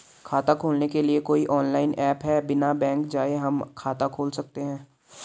खाता खोलने के लिए कोई ऑनलाइन ऐप है बिना बैंक जाये हम खाता खोल सकते हैं?